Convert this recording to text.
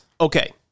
Okay